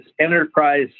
enterprise